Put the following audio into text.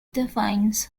defines